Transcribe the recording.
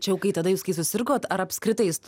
čia jau kai tada jūs kai susirgot ar apskritai jus